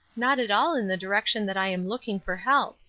not at all in the direction that i am looking for help.